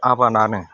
आबादानो